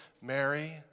Mary